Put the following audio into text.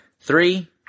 Three